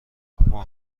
ماه